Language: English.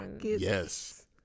Yes